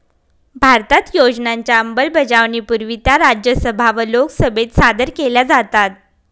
भारतात योजनांच्या अंमलबजावणीपूर्वी त्या राज्यसभा व लोकसभेत सादर केल्या जातात